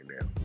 now